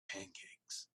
pancakes